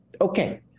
Okay